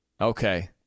Okay